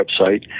website